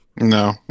No